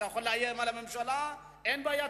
אתה יכול לאיים על הממשלה ואין בעיה,